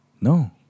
No